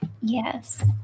Yes